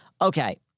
okay